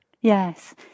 Yes